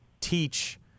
teach